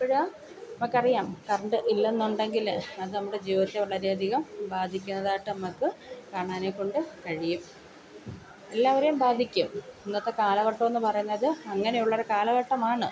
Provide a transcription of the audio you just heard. അപ്പോൾ നമുക്കറിയാം കറണ്ട് ഇല്ലെന്നുണ്ടെങ്കിൽ അത് നമ്മുടെ ജീവിതത്തെ വളരെയധികം ബാധിക്കുന്നതായിട്ട് നമുക്ക് കാണാനേക്കൊണ്ട് കഴിയും എല്ലാവരേം ബാധിക്കും ഇന്നത്തെ കാലഘട്ടമെന്ന് പറയുന്നത് അങ്ങനെയുള്ളൊരു കാലഘട്ടമാണ്